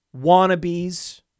wannabes